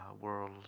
world